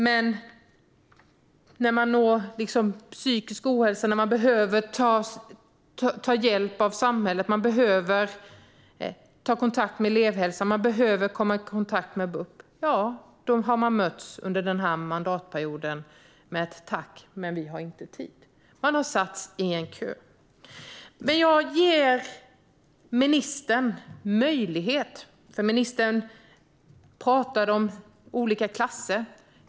Men när man drabbas av psykisk ohälsa som gör att man behöver ta hjälp av samhället, ta kontakt med elevhälsan eller komma i kontakt med BUP har man under denna mandatperiod mötts med ett "tack, men vi har inte tid". Man har satts i en kö. Ministern talade om olika klasser och om hur det ser ut vad gäller psykisk ohälsa i olika klasser.